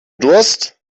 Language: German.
durst